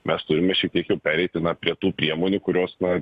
mes turime šitiek jau pereiti na prie tų priemonių kurios na